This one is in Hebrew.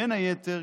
בין היתר,